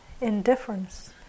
indifference